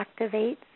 activates